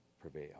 prevail